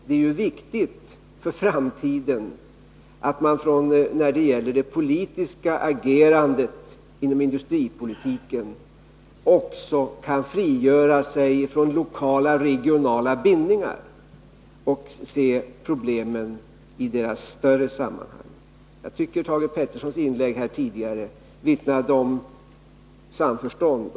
Det är också viktigt för framtiden att man när det gäller det politiska agerandet inom industripolitiken kan frigöra sig från lokala och regionala bindningar och se problemen i deras större sammanhang. Jag tycker att Thage Petersons inlägg tidigare i debatten vittnade om vilja till samförstånd.